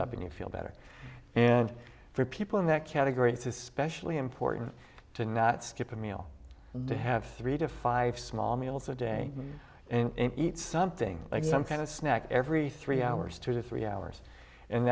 up and you feel better and for people in that category to specially important to not skip a meal they have three to five small meals a day and eat something like some kind of snack every three hours two to three hours and